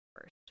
first